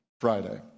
Friday